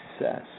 success